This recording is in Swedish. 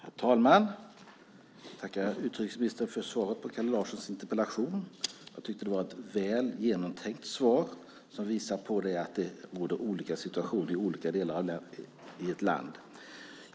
Herr talman! Jag tackar utrikesministern för svaret på Kalle Larssons interpellation. Jag tyckte att det var ett väl genomtänkt svar som visar att det råder olika situationer i olika delar i ett land.